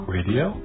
Radio